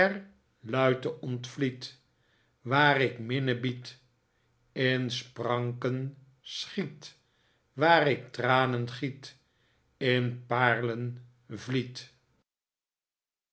ontvliedt waar k minne bied in spranken schiet waar k tranen giet in paerlen vliet